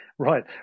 Right